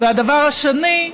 והדבר השני,